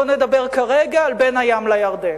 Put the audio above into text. בואו נדבר כרגע על בין הים לירדן.